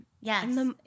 Yes